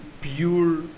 pure